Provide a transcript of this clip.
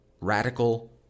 Radical